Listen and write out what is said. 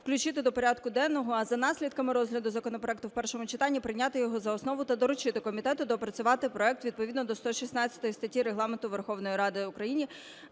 включити до порядку денного, а за наслідками розгляду законопроекту в першому читанні прийняти його за основу та доручити комітету доопрацювати проект відповідно до 116 статті Регламенту Верховної Ради України